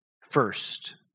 first